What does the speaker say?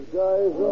guys